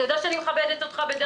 אתה יודע שאני מכבדת אותך.